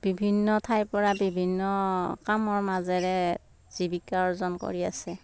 বিভিন্ন ঠাইৰ পৰা বিভিন্ন কামৰ মাজেৰে জীৱিকা অৰ্জন কৰি আছে